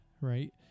right